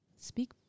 speak